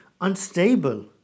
unstable